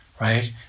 right